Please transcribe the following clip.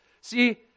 See